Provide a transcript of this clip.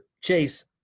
chase